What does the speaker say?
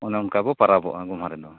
ᱚᱱᱮ ᱚᱱᱠᱟᱵᱚ ᱯᱟᱨᱟᱵᱚᱜᱼᱟ ᱜᱚᱢᱦᱟ ᱨᱮᱫᱚ